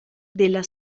della